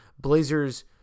Blazers